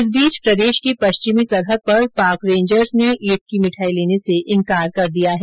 इस बीच प्रदेश के पश्चिमी सरहद पर पाक रेंजर्स ने ईद की मिठाई लेने से इनकार कर दिया है